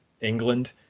England